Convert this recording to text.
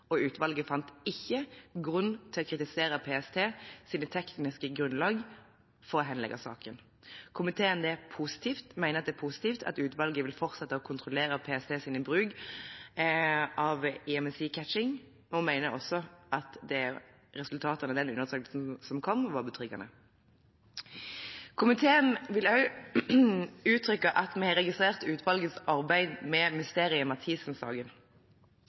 og utvalget fant ikke grunn til å kritisere PSTs tekniske grunnlag for å henlegge saken. Komiteen mener det er positivt at utvalget vil fortsette å kontrollere PSTs bruk av IMSI-catching, og mener også at resultatet av den undersøkelsen som kom, var betryggende. Komiteen vil her uttrykke at vi har registrert utvalgets arbeid med «Mysteriet Mathiesen»- saken.